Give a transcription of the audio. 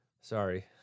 Sorry